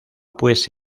pues